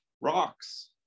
Rocks